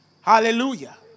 Hallelujah